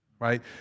right